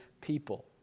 people